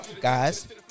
Guys